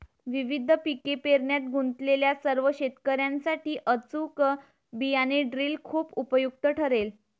विविध पिके पेरण्यात गुंतलेल्या सर्व शेतकर्यांसाठी अचूक बियाणे ड्रिल खूप उपयुक्त ठरेल